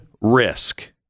risk